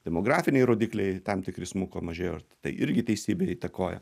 demografiniai rodikliai tam tikri smuko mažėjo ir tai irgi teisybė įtakoja